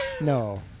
No